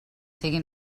sigui